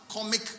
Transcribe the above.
comic